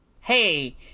Hey